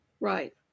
Right